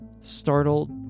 Startled